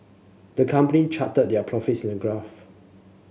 the company charted their profits in a graph